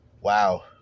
Wow